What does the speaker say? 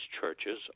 churches